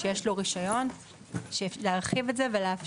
שיש לו רישיון להרחיב את זה ולאפשר